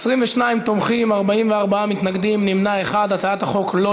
להסיר מסדר-היום את הצעת חוק הגבלת פרסומים (גופים ציבוריים) (תיקון,